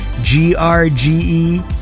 g-r-g-e